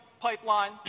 pipeline